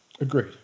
Agreed